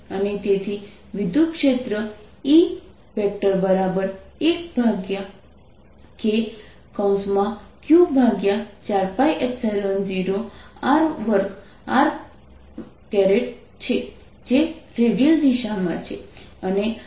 અને તેથી વિદ્યુતક્ષેત્ર E 1kQ4π0 r2r છે જે રેડિયલ દિશામાં છે